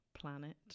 Planet